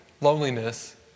loneliness